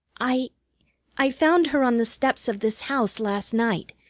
i i found her on the steps of this house last night,